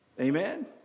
Amen